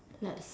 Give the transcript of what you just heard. let's